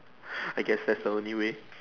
I guess that's the only way